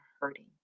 hurting